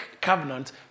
covenant